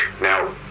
now